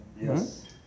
Yes